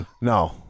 no